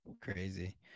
crazy